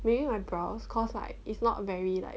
maybe my brows cause like it's not very like